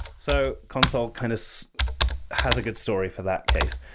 so consul kind of so has a good story for that case.